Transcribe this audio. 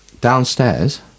Downstairs